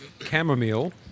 chamomile